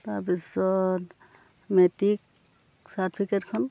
তাৰপিছত মেট্ৰিক চাৰ্টিফিকেটখন